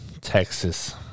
Texas